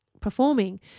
performing